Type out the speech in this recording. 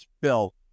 Bill